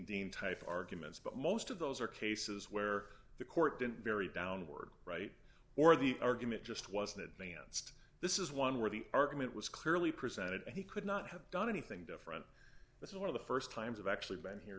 dean type arguments but most of those are cases where the court didn't very downward right or the argument just wasn't advanced this is one where the argument was clearly presented he could not have done anything different the sort of the st times i've actually been here